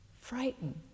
frightened